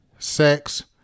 sex